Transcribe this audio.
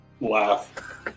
laugh